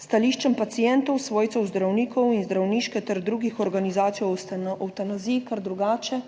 stališčem pacientov, svojcev, zdravnikov in zdravniške ter drugih organizacij o evtanaziji, ker drugače